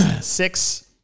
Six